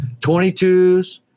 22s